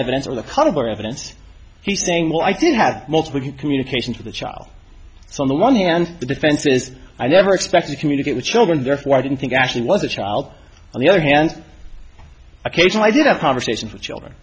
evidence or the conover evidence he's saying well i didn't have multiple communications with a child so on the one hand the defense is i never expected to communicate with children therefore i didn't think ashley was a child on the other hand occasionally i did have conversations with children